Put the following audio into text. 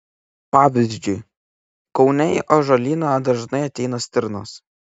pavyzdžiui kaune į ąžuolyną dažnai ateina stirnos